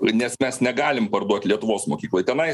i nes mes negalim parduot lietuvos mokykla tenais